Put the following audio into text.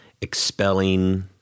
Expelling